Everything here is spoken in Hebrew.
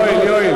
יואל,